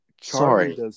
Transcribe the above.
Sorry